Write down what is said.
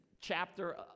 chapter